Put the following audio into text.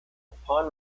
upon